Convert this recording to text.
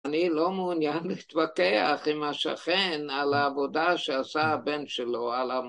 אני לא מעוניין להתווכח עם השכן על העבודה שעשה הבן שלו על המ...